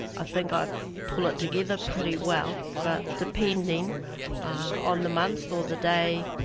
ah think i pull it together pretty well, but depending on the month or the day.